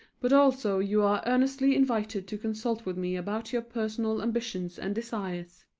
but also you are earnestly invited to consult with me about your personal ambitions and desires.